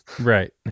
right